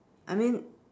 I mean